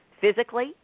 physically